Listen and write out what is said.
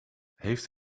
heeft